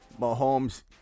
Mahomes